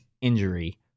injury